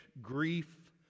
grief